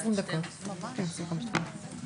הצעת החוק התקבלה פה אחד, שתי נשים הצביעו בעדה.